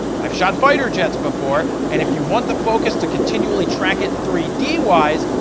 i've shot fighter jets before and if you want the focus to continually track it three d wise,